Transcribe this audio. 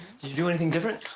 did you do anything different?